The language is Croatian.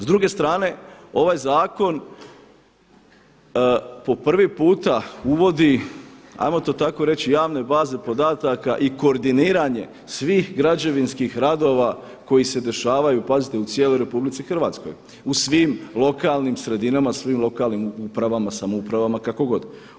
S druge strane ovaj zakon po prvi puta uvodi ajmo to tako reći javne baze podataka i koordiniranje svih građevinskih radova koji se dešavaju pazite u cijeloj RH, u svim lokalnim sredinama, svim lokalnim upravama, samoupravama kako god.